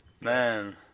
Man